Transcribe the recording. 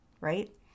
right